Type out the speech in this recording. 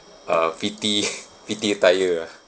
uh P_T P_T attire ah